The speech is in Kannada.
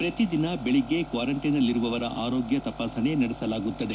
ಪ್ರತಿ ದಿನ ದೆಳಗ್ಗೆ ಕ್ವಾರೆಂಟೈನ್ನಲ್ಲಿರುವವರ ಆರೋಗ್ಯ ತಪಾಸಣೆ ನಡೆಸಲಾಗುತ್ತದೆ